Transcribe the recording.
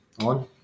on